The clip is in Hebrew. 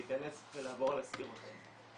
אפשר להיכנס ולעבור על הסקירות האלה.